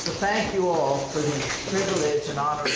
thank you all for the privilege and um